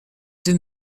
deux